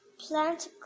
plant